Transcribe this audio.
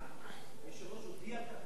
היושב-ראש הודיע על כך בתחילת דברי,